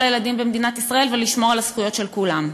הילדים במדינת ישראל ולשמור על הזכויות של כולם.